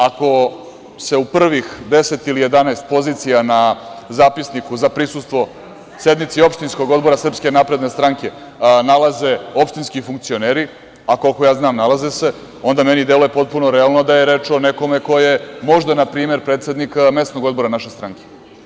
Ako se u prvih 10 ili 11 pozicija na Zapisniku za prisustvo sednici Opštinskog odbora SNS, nalaze opštinski funkcioneri, a koliko ja znam, nalaze se, onda meni deluje potpuno realno da je reč o nekome ko je možda na primer predsednik mesnog odbora naše stranke.